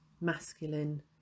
masculine